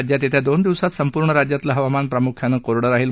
राज्यात येत्या दोन दिवसात संपूर्ण राज्यातलं हवामान प्रामुख्यानं कोरडं राहील